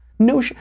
no